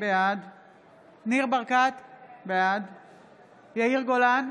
בעד ניר ברקת, בעד יאיר גולן,